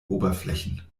oberflächen